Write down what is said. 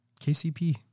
KCP